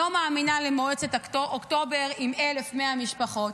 לא מאמינה למועצת אוקטובר עם 1,100 משפחות,